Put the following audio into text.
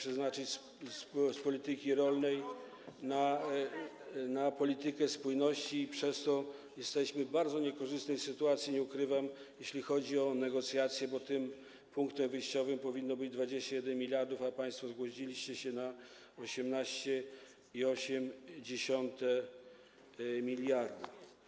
z polityki rolnej przeznaczyć na politykę spójności i przez to jesteśmy w bardzo niekorzystnej sytuacji, nie ukrywam, jeśli chodzi o negocjacje, bo tym punktem wyjściowym powinno być 21 mld, a państwo zgodziliście się na 18,8 mld.